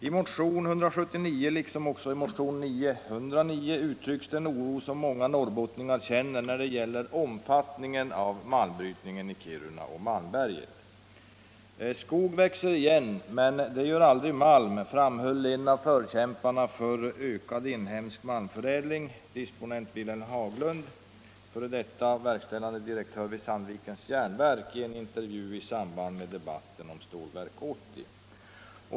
I motion nr 179, liksom också i motionen 909, uttrycks den oro som många norrbottningar känner när det gäller omfattningen av malmbrytningen i Kiruna och Malmberget. Skog växer igen, men det gör aldrig malm, framhöll en av förkämparna för ökad inhemsk malmförädling, disponent Wilhelm Haglund, f. d. verkställande direktör vid Sandvikens järnverk, i en intervju i samband med debatten om Stålverk 80.